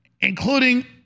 including